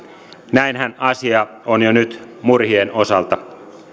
näinhän asia on jo nyt murhien osalta